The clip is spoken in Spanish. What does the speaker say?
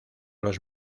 los